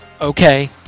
Okay